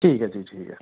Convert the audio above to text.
ठीक ऐ जी